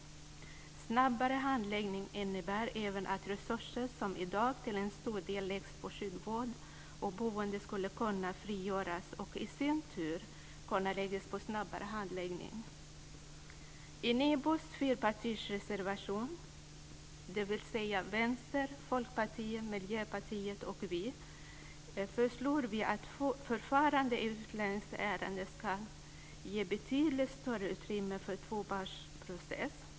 En snabbare handläggning innebär även att resurser som i dag till stor del läggs på sjukvård och boende skulle kunna frigöras och i sin tur användas för just snabbare handläggning. Folkpartiet, Miljöpartiet och vi - föreslår vi att förfarandet i utlänningsärenden ska ge betydligt större utrymme för tvåpartsprocess.